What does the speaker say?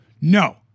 no